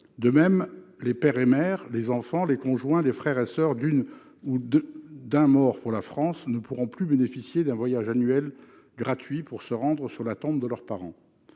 De même, les pères et mères, les enfants, les conjoints, les frères et soeurs d'une ou d'un mort pour la France ne pourront plus bénéficier d'un voyage annuel gratuit pour se rendre sur la tombe de leur parent.